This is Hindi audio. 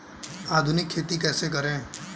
आधुनिक खेती कैसे करें?